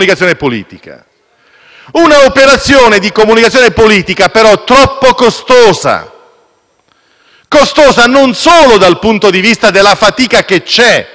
costosa non solo dal punto di vista della fatica che c'è, che si tocca con mano, nel rendere accettabile il giudizio che avete prefabbricato,